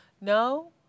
No